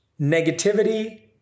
negativity